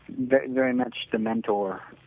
very very much the mentor